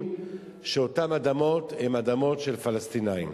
שאותן אדמות הן אדמות של פלסטינים.